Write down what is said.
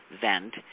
vent